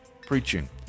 preaching